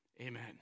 amen